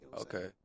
Okay